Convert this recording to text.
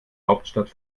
hauptstadt